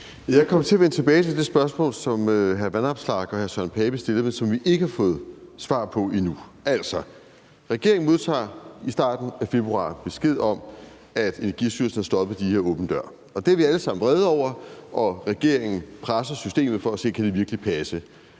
Jeg kommer simpelt hen tilbage til det spørgsmål, som hr. Alex Vanopslagh og hr. Søren Pape Poulsen stillede, men som vi ikke har fået svar på endnu. Altså, regeringen modtager i starten af februar besked om, at Energistyrelsen har stoppet for de her åben dør-ansøgninger, og det er vi alle sammen vrede over. Regeringen presser systemet for at se, om det virkelig kan passe.